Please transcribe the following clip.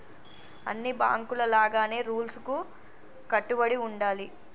అన్ని బాంకుల లాగానే రూల్స్ కు కట్టుబడి ఉండాలి